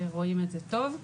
רואים את זה טוב.